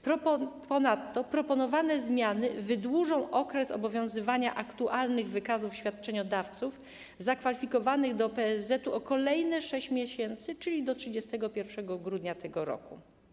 Ponadto proponowane zmiany wydłużą okres obowiązywania aktualnych wykazów świadczeniodawców zakwalifikowanych do PSZ-etu o kolejne 6 miesięcy, czyli do 31 grudnia tego roku.